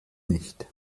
nicht